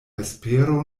vespero